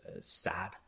sad